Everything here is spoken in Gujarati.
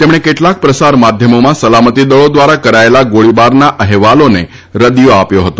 તેમણે કેટલાંક પ્રસાર માધ્યમોમાં સલામતી દળી દ્વારા કરાયેલા ગોળીબારના અહેવાલોને રદીયો આપ્યો હતો